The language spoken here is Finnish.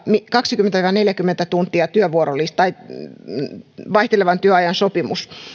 kaksikymmentä viiva neljäkymmentä tuntia oleva vaihtelevan työajan sopimus